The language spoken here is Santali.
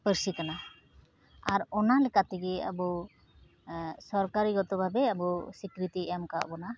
ᱯᱟᱹᱨᱥᱤ ᱠᱟᱱᱟ ᱟᱨ ᱚᱱᱟ ᱞᱮᱠᱟ ᱛᱮᱜᱮ ᱟᱵᱚ ᱥᱚᱨᱠᱟᱨᱤ ᱜᱚᱛᱚ ᱵᱷᱟᱵᱮ ᱟᱵᱚ ᱥᱤᱠᱨᱤᱛᱤᱭ ᱮᱢᱠᱟᱣᱟᱜ ᱵᱚᱱᱟ